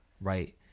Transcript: right